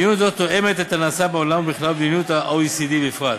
מדיניות זו תואמת את הנעשה בעולם בכלל ובמדינות ה-OECD בפרט.